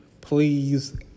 please